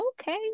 okay